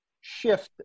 shift